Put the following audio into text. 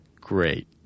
great